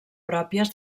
pròpies